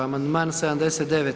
Amandman 79.